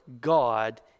God